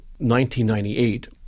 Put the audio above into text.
1998